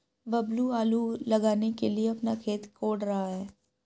बबलू आलू लगाने के लिए अपना खेत कोड़ रहा है